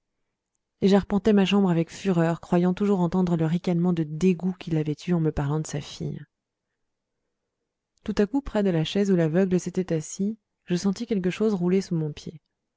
et j'arpentais ma chambre avec fureur croyant toujours entendre le ricanement de dégoût qu'il avait eu en me parlant de sa fille tout à coup près de la chaise où l'aveugle s'était assis je sentis quelque chose rouler sous mon pied